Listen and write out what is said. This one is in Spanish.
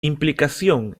implicación